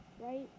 right